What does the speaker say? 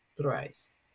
thrice